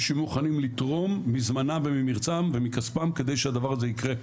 ושיהיו מוכנים לתרום מזמנם וממרצם ומכספם כדי שהדבר הזה יקרה,